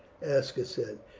aska said.